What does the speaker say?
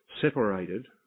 separated